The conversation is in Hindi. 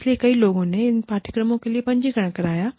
इसलिए कई लोगों ने इन पाठ्यक्रमों के लिए पंजीकरण कराया है